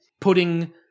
putting